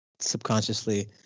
subconsciously